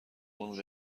اون